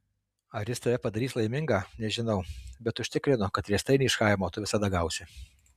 ar jis tave padarys laimingą nežinau bet užtikrinu kad riestainį iš chaimo tu visada gausi